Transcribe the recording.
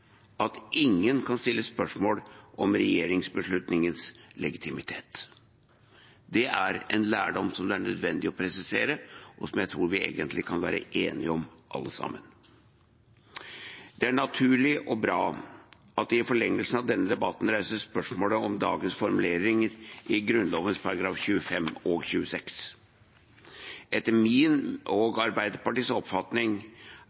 at ingen kan stille spørsmål om regjeringsbeslutningens legitimitet. Det er en lærdom som det er nødvendig å presisere, og som jeg tror vi egentlig kan være enige om alle sammen. Det er naturlig og bra at det i forlengelsen av denne debatten reises spørsmål om dagens formuleringer i Grunnloven §§ 25 og 26. Etter min